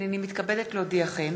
הנני מתכבדת להודיעכם,